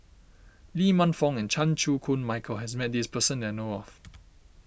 Lee Man Fong and Chan Chew Koon Michael has met this person that I know of